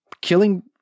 killing